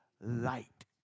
light